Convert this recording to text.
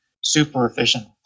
super-efficient